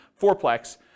fourplex